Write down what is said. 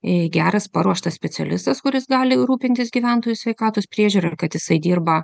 jei geras paruoštas specialistas kuris gali rūpintis gyventojų sveikatos priežiūra ir kad jisai dirba